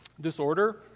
disorder